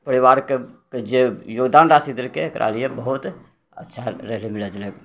परिवारके जे योगदान राशि देलकै ओकरा लिए बहुत अच्छा रहलै मिलाजुलाके